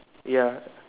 ya